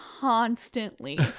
constantly